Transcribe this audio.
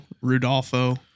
Rudolfo